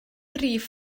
rif